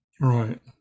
right